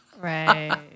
right